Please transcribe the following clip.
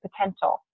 potential